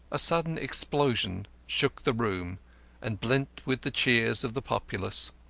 a sudden explosion shook the room and blent with the cheers of the populace.